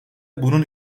bunun